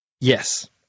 Yes